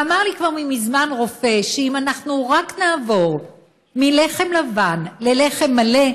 ואמר לי כבר מזמן רופא שאם אנחנו רק נעבור מלחם לבן ללחם מלא,